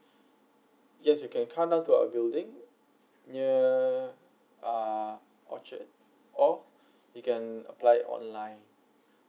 yes you can come down to our building near uh orchard or you can apply online